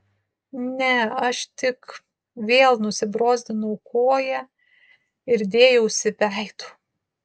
ne aš tik vėl nusibrozdinau koją ir dėjausi veidu